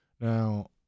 now